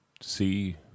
see